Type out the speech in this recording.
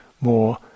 more